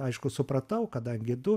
aišku supratau kadangi du